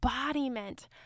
embodiment